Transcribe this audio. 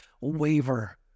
waver